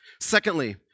Secondly